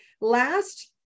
Last